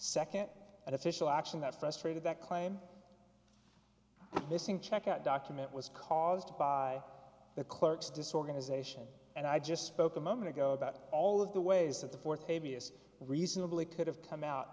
second official action that frustrated that claim missing check out document was caused by the clerk's disorganization and i just spoke a moment ago about all of the ways that the fourth baby is reasonably could have come out